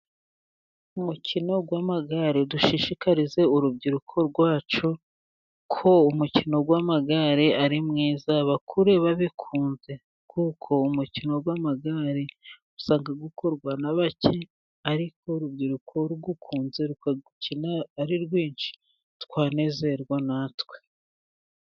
Umukino w'amagare. Dushishikarize urubyiruko rwacu ko umukino w'amagare ari mwiza, bakure babikunze. Kuko umukino w'amagare uza gukorwa na bake, ariko urubyiruko ruwukunze rukawukina ari rwinshi, twanezerwa natwe.